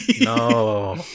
No